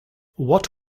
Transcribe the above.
what